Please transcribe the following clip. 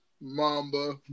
Mamba